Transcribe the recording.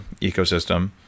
ecosystem